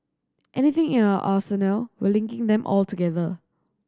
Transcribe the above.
anything in our arsenal we're linking them all together